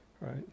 right